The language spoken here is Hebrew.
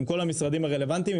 עם כל המשרדים הרלבנטיים.